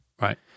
Right